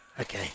Okay